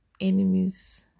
enemies